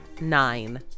nine